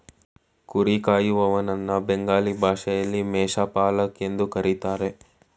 ಕುರಿ ಕಾಯುವನನ್ನ ಬೆಂಗಾಲಿ ಭಾಷೆಯಲ್ಲಿ ಮೇಷ ಪಾಲಕ್ ಎಂದು ಕರಿತಾರೆ